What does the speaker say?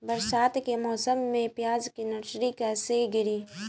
बरसात के मौसम में प्याज के नर्सरी कैसे गिरी?